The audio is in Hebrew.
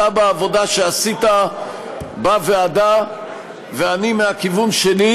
אתה בעבודה שעשית בוועדה ואני מהכיוון שלי,